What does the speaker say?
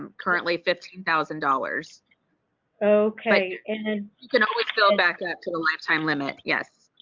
um currently fifteen thousand dollars okay and going going back back to the last time limit yes.